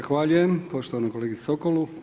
Zahvaljujem poštovanom kolegi Sokolu.